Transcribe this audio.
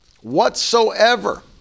Whatsoever